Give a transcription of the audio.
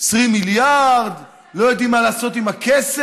20 מיליארד, לא יודעים מה לעשות עם הכסף,